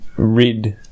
read